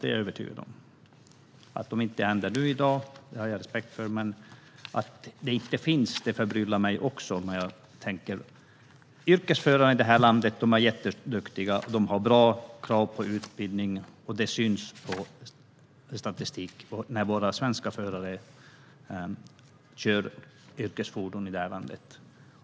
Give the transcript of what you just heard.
Jag har respekt för om det inte händer nu i dag, men att det inte finns förbryllar mig. Yrkesförare här i landet är jätteduktiga. Det finns bra krav på utbildning, och det syns i statistiken när våra svenska förare kör yrkesfordon här i landet.